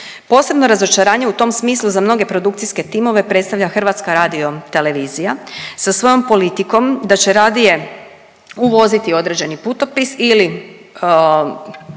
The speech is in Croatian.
Posebno razočaranje u tom smislu za mnoge produkcijske timove predstavlja HRT sa svojom politikom da će radije uvoziti određeni putopis ili